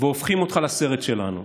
והופכים אותך לסרט שלנו.